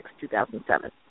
2007